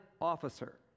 officer